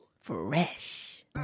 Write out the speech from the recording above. Fresh